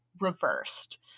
Reversed